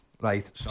Right